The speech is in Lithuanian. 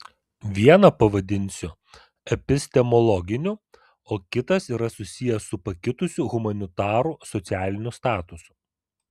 vieną pavadinsiu epistemologiniu o kitas yra susijęs su pakitusiu humanitarų socialiniu statusu